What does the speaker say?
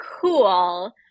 cool